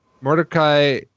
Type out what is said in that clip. Mordecai